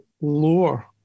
lower